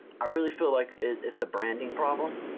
i really feel like it's a branding problem.